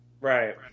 Right